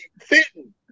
fitting